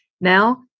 now